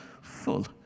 full